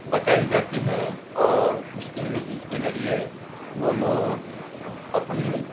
بتائی جاتی ہیں اور اس کے جس کے ذریعے وہ لوگ اپنی